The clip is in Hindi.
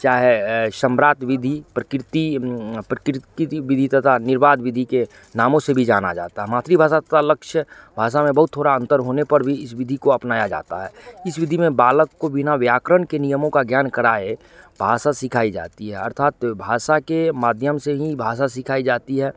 चाहे संभ्रात विधी प्राकृति प्रक्रिति विधी तथा निर्वाद विधी के नामों से भी जाना जाता मातृभाषा का लक्ष्य भाषा में बहुत थोड़ा अंतर होने पर भी इस विधी को अपनाया जाता है इस विधी में बालक को बिना व्याकरण के नियमों का ज्ञान कराए भाषा सिखाई जाती है अर्थात भाषा के माध्यम से ही भाषा सिखाई जाती है